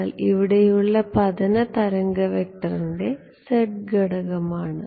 എന്നാൽ ഇവിടെയുള്ള പതന തരംഗ വെക്റ്ററിന്റെ z ഘടകമാണ്